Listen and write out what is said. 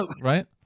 Right